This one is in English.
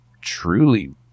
truly